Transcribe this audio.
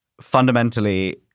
fundamentally